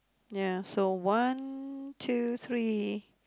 ya so one two three